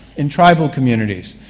in tribal communities,